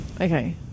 Okay